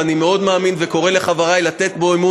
ואני מאמין בו מאוד,